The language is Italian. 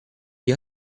gli